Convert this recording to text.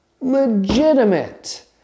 legitimate